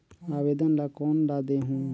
आवेदन ला कोन ला देहुं?